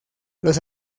los